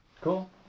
cool